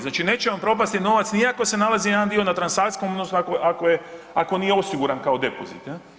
Znači neće vam propasti novac ni ako se nalazio jedan dio na transakcijskom odnosno ako nije osiguran kao depozit je.